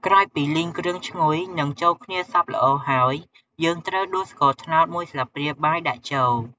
ក្រោយពីលីងគ្រឿងឈ្ងុយ និងចូលគ្នាសព្វល្អហើយ យើងត្រូវដួសស្ករត្នោតមួយស្លាបព្រាបាយដាក់ចូល។